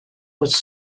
was